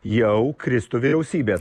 jau kristų vyriausybė